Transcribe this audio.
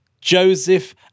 Joseph